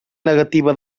negativa